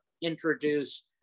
introduce